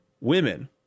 women